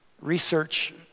Research